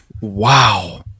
Wow